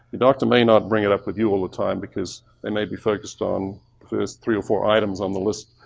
your doctor may not bring it up with you all the time because they may be focused on the first three or four items on the list.